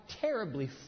terribly